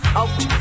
out